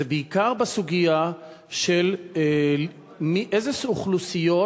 וזה בעיקר בסוגיה של איזה אוכלוסיות